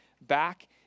back